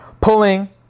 pulling